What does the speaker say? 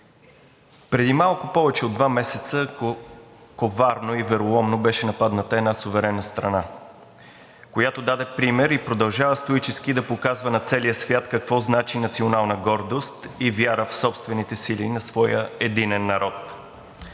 Преди малко повече от два месеца коварно и вероломно беше нападната една суверенна страна, която даде пример и продължава стоически да показва на целия свят какво значи национална гордост и вяра в собствените сили на своя единен народ.